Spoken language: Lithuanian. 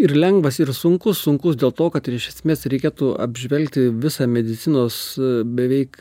ir lengvas ir sunkus sunkus dėl to kad ir iš esmės reikėtų apžvelgti visą medicinos beveik